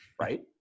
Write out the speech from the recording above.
right